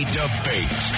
debate